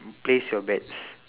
place your bets